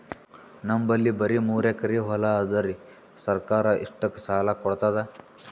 ನಮ್ ಬಲ್ಲಿ ಬರಿ ಮೂರೆಕರಿ ಹೊಲಾ ಅದರಿ, ಸರ್ಕಾರ ಇಷ್ಟಕ್ಕ ಸಾಲಾ ಕೊಡತದಾ?